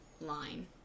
Line